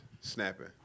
snapping